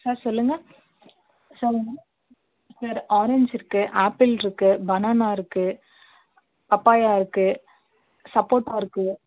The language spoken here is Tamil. சார் சொல்லுங்க சொல்லுங்க சார் ஆரஞ்சு இருக்குது ஆப்பிள் இருக்குது பனானா இருக்குது பப்பாயா இருக்குது சப்போட்டா இருக்குது